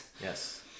yes